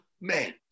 man